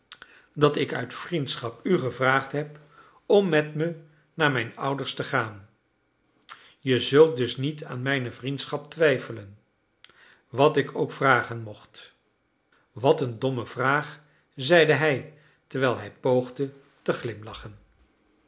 dat ik uit vriendschap u gevraagd heb om met me naar mijn ouders te gaan je zult dus niet aan mijne vriendschap twijfelen wat ik u ook vragen mocht wat een domme vraag zeide hij terwijl hij poogde te glimlachen